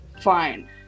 fine